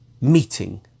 meeting